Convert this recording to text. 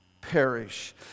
perish